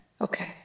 Okay